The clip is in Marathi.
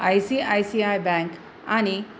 I C I C I bank आणि